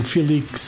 Felix